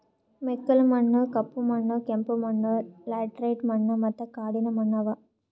ಮೆಕ್ಕಲು ಮಣ್ಣ, ಕಪ್ಪು ಮಣ್ಣ, ಕೆಂಪು ಮಣ್ಣ, ಲ್ಯಾಟರೈಟ್ ಮಣ್ಣ ಮತ್ತ ಕಾಡಿನ ಮಣ್ಣ ಅವಾ